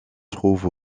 trouve